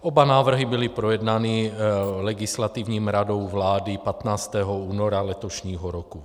Oba návrhy byly projednány Legislativní radou vlády 15. února letošního roku.